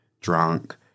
drunk